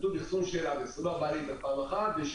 כתוב "אחסון של עד 24 ליטר" פעם אחת ושל